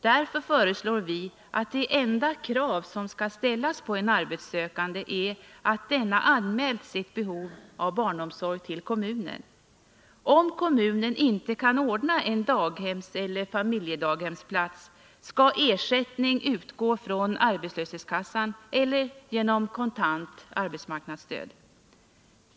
Därför föreslår vi att det enda krav som skall ställas på en arbetssökande är att denne anmält sitt behov av barnomsorg till kommunen. Om kommunen inte kan ordna en daghemseller familjedaghemsplats skall ersättning utgå från arbetslöshetskassan eller genom kontant arbetsmarknadsstöd.